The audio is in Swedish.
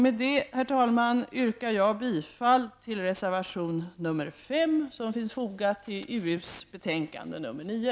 Med detta, herr talman, yrkar jag bifall till reservation 5, som är fogad till utrikesutskottets betänkande 9.